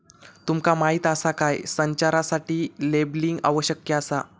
तुमका माहीत आसा काय?, संचारासाठी लेबलिंग आवश्यक आसा